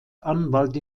anwalt